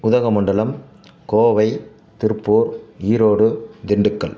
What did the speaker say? Udhagamandalam Kovai Tiruppur Erode Dindigul